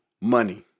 money